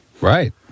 Right